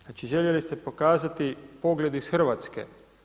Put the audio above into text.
Znači željeli ste pokazati pogled iz Hrvatske.